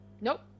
Nope